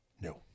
No